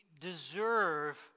deserve